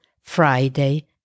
Friday